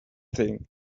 thing